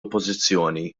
oppożizzjoni